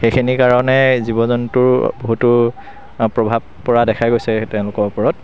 সেইখিনি কাৰণে জীৱ জন্তুৰ বহুতো প্ৰভাৱ পৰা দেখা গৈছে তেওঁলোকৰ ওপৰত